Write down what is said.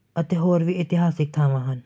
ਅਤੇ ਹੋਰ ਵੀ ਇਤਿਹਾਸਿਕ ਥਾਵਾਂ ਹਨ